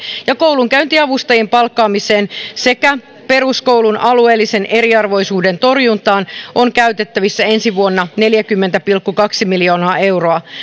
koulunkäyntiavustajien palkkaamiseen ja peruskoulun alueellisen eriarvoisuuden torjuntaan on käytettävissä ensi vuonna neljäkymmentä pilkku kaksi miljoonaa euroa